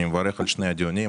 אני מברך על שני הדיונים,